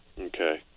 Okay